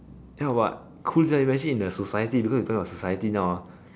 ya but cool sia imagine in the society because we are talking about society now ah